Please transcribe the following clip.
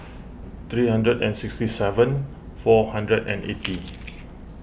three hundred and sixty seven four hundred and eighty